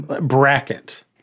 bracket